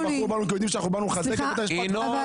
באנו לחזק את בית המשפט.